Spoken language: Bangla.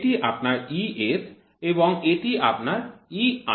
এটি আপনার ES এবং এটি আপনার EI